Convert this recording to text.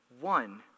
one